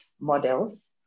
models